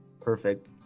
Perfect